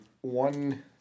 One